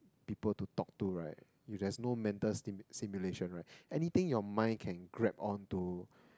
people to talk to right there's no mental sim~ simulation right anything your mind can grab onto